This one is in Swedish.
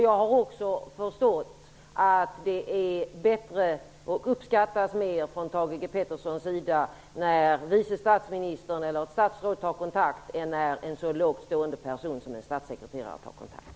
Jag har också förstått att det uppskattas mer av Thage G Peterson när vice statsministern eller ett statsråd tar kontakt, än när en så lågt stående person som en statssekreterare tar kontakt.